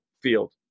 field